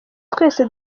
twese